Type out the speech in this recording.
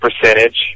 percentage